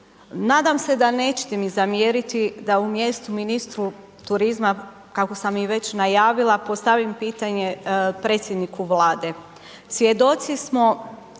Nadam se da mi nećete zamjeriti da umjesto ministru turizma kako sam već najavila postavim pitanje predsjedniku Vlade. Svjedoci smo